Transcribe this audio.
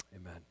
Amen